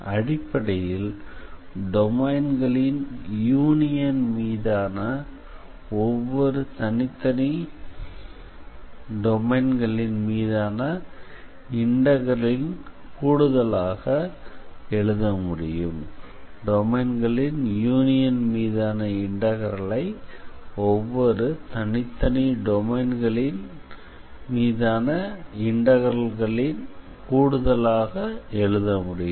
அடிப்படையில் டொமைன்களின் யூனியன் மீதான இன்டெக்ரலை ஒவ்வொரு தனித்தனி டொமைன்களின் மீதான இன்டெக்ரல்களின் கூடுதலாக எழுத முடியும்